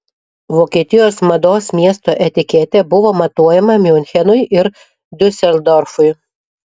vokietijos mados miesto etiketė buvo matuojama miunchenui ir diuseldorfui